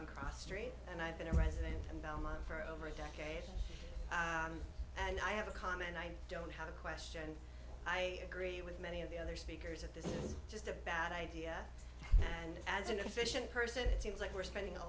on cross street and i've been a resident in belmont for over a decade and i have a con and i don't have a question i agree with many of the other speakers at this is just a bad idea and as inefficient person it seems like we're spending a